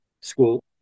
school